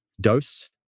dose